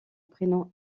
prénom